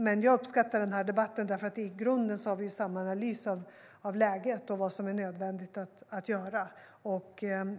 Jag uppskattar dock denna debatt, för i grunden har vi samma analys av läget och vad som är nödvändigt att göra.